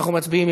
אנחנו מצביעים.